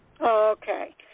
Okay